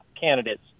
candidates